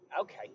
Okay